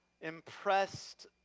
impressed